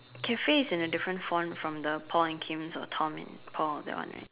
Cafe is in a different font from the Paul and Kim's or Tom and Paul that one right